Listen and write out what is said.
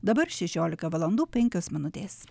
dabar šešiolika valandų penkios minutės